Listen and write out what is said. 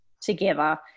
together